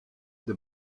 the